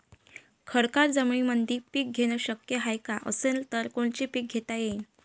खडकाळ जमीनीमंदी पिके घेणे शक्य हाये का? असेल तर कोनचे पीक घेता येईन?